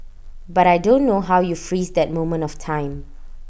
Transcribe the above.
but I don't know how you freeze that moment of time